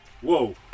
whoa